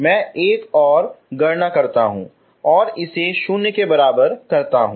मैं एक और गणना करता हूं और इसे 0 के बराबर करता हूं